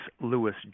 Lewis